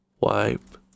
wipe